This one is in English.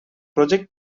project